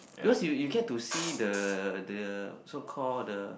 because you you get to see the the so call the